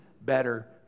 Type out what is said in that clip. better